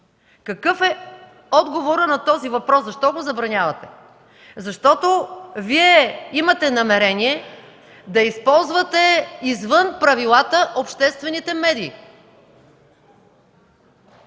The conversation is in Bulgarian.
Какъв е отговорът на този въпрос? Защо го забранявате? Защото Вие имате намерение да използвате обществените медии